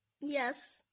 Yes